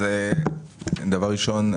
התפטרויות.